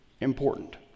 important